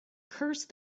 curse